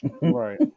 Right